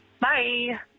Bye